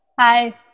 hi